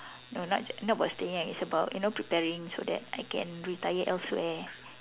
no not j~ no about staying young it's about you know preparing so that I can retire elsewhere